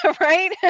right